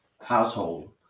household